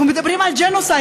אנחנו מדברים פה על ג'נוסייד,